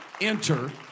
enter